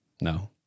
No